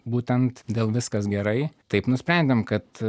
būtent dėl viskas gerai taip nusprendėm kad